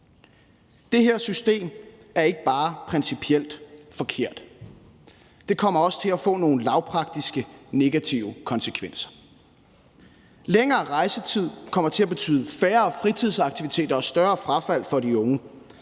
Det her system er ikke bare principielt forkert – det kommer også til at få nogle lavpraktiske negative konsekvenser. Længere rejsetid kommer til at betyde færre fritidsaktiviteter og større frafald for de unge